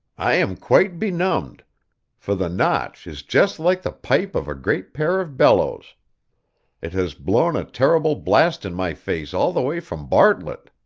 i am quite benumbed for the notch is just like the pipe of a great pair of bellows it has blown a terrible blast in my face all the way from bartlett